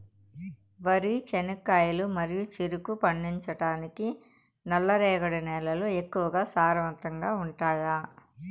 వరి, చెనక్కాయలు మరియు చెరుకు పండించటానికి నల్లరేగడి నేలలు ఎక్కువగా సారవంతంగా ఉంటాయా?